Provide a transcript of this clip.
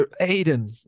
Aiden